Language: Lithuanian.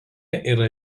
yra